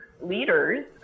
leaders